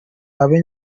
abe